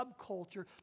subculture